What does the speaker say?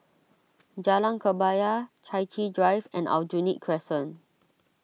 Jalan Kebaya Chai Chee Drive and Aljunied Crescent